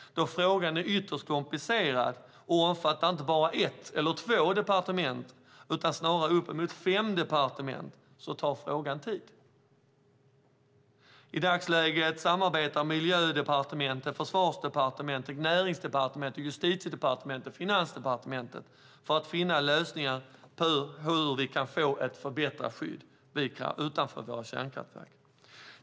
Då frågan är ytterst komplicerad och omfattar inte bara ett eller två departement utan snarare uppemot fem departement, så tar frågan tid. I dagsläget samarbetar Miljö-, Försvars-, Närings-, Justitie och Finansdepartementet för att finna lösningar på hur vi ska få ett förbättrat skydd utanför våra kärnkraftverk.